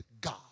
God